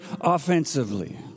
offensively